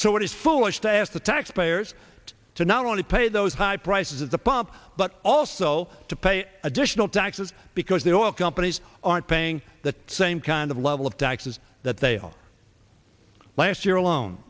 it is foolish to ask the taxpayers to not only pay those high prices at the pump but also to pay additional taxes because their oil companies aren't paying the same kind of level of taxes that they'll last year alone